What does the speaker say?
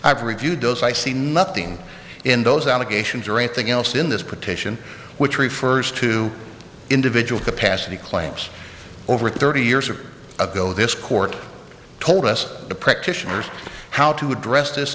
i've reviewed those i see nothing in those allegations or anything else in this petition which refers to individual capacity claims over thirty years ago this court told us the practitioners how to address this